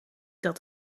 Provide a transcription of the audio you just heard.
dat